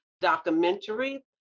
documentary